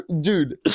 Dude